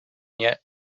yet